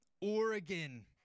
Oregon